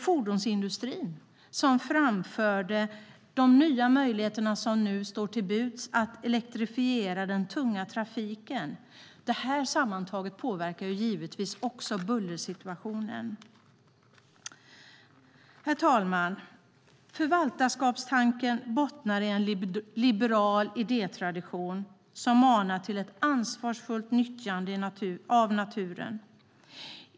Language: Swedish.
Fordonsindustrin redogjorde för de nya möjligheter som står till buds att elektrifiera den tunga trafiken. Detta påverkar naturligtvis också bullersituationen. Herr talman! Förvaltarskapstanken bottnar i en liberal idétradition som manar till ett ansvarsfullt nyttjande av naturen.